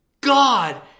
God